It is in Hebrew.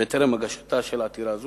בטרם הגשתה של עתירה זו),